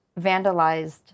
vandalized